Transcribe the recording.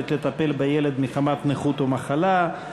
מסוגלת לטפל בילד מחמת נכות או מחלה),